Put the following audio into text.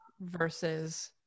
versus